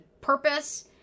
purpose